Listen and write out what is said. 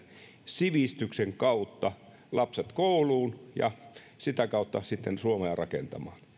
sivistyksen kautta että lapset kouluun ja sitä kautta sitten suomea rakentamaan